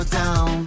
down